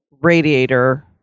radiator